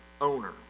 owner